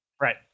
right